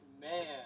man